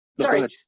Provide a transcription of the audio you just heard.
sorry